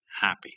happy